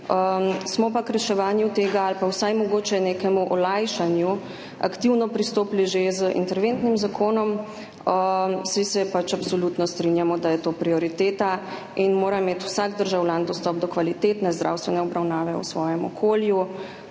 Smo pa k reševanju ali mogoče vsaj nekemu olajšanju tega aktivno pristopili že z interventnim zakonom, saj se absolutno strinjamo, da je to prioriteta in mora imeti vsak državljan dostop do kvalitetne zdravstvene obravnave v svojem okolju.